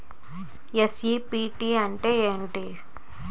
NEFT అంటే ఎంటి?